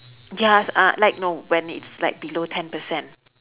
ya uh like no when it's like below ten percent